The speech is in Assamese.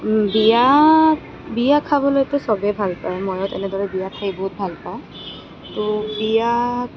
বিয়া বিয়া খাবলৈতো সবেই ভাল পায় ময়ো তেনেদৰে বিয়া খাই বহুত ভাল পাওঁ আৰু বিয়া